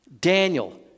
Daniel